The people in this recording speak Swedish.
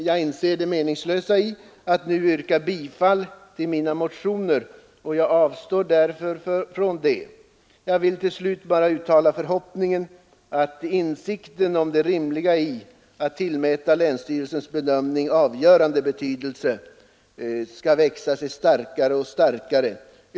Jag inser det meningslösa i att nu yrka bifall till mina motioner, och jag avstår därför från det. Jag vill till slut bara uttala förhoppningen att insikten om det rimliga i att tillmäta länsstyrelsens bedömning avgörande betydelse skall växa sig starkare och starkare.